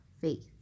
faith